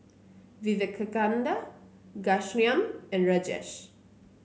Vivekananda Ghanshyam and Rajesh